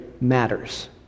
matters